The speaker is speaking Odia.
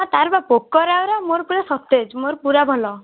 ହ ତା'ର ପରା ପୋକରା ଗୁରା ମୋର ପୂରା ସତେଜ ମୋର ପୂରା ଭଲ